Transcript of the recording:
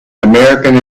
american